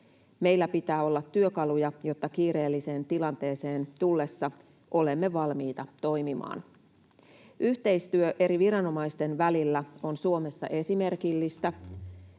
Meillä pitää olla työkaluja, jotta kiireelliseen tilanteeseen tullessamme olemme valmiita toimimaan. Yhteistyö eri viranomaisten välillä on Suomessa esimerkillistä